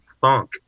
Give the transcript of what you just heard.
funk